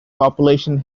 population